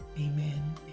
Amen